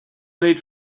need